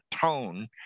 tone